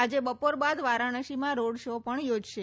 આજે બપોર બાદ વારાણસીમાં રોડ શો પણ યોજશે